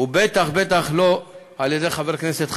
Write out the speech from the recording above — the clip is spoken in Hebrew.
ובטח בטח לא על-ידי חבר כנסת חרדי.